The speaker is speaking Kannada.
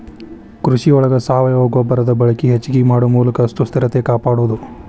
ಕೃಷಿ ಒಳಗ ಸಾವಯುವ ಗೊಬ್ಬರದ ಬಳಕೆ ಹೆಚಗಿ ಮಾಡು ಮೂಲಕ ಸುಸ್ಥಿರತೆ ಕಾಪಾಡುದು